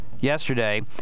yesterday